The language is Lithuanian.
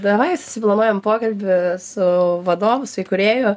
davai susiplanuojam pokalbį su vadovu su įkūrėju